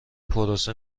پروسه